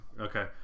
Okay